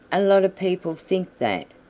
a lot of people think that,